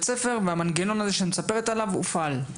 ספר והמנגנון הזה שאת מספרת עליו הופעל?